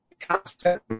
Constant